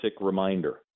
reminder